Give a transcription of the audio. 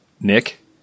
Nick